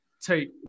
take